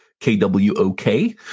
K-W-O-K